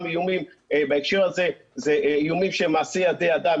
איומים בהקשר הזה זה איומים שהם מעשה ידי-אדם,